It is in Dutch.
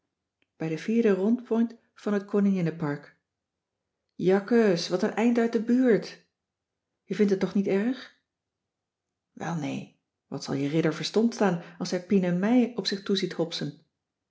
bij de vierde rondpoint van het koninginnepark jakkes wat een eind uit de buurt je vindt het toch niet erg welnee wat zal je ridder verstomd staan als hij pien en mij op zich toe ziet hopsen